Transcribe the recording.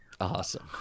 Awesome